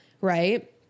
Right